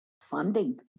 funding